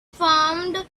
formed